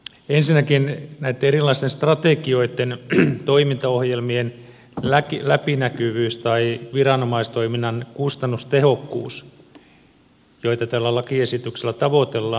ensinnäkin näitten erilaisten strategioitten toimintaohjelmien läpinäkyvyys tai viranomaistoiminnan kustannustehokkuus joita tällä lakiesityksellä tavoitellaan